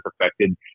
affected